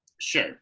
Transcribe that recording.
Sure